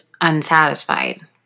unsatisfied